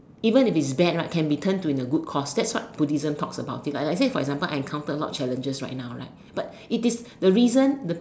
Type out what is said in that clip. even if he's bad right can be turned into a good course that's what Buddhism talks about is like like right now I encounter a lot of challenges right now right but it is the reason